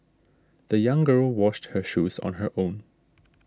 the young girl washed her shoes on her own